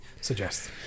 suggest